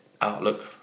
Outlook